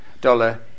dollar